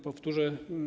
Powtórzę.